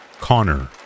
Connor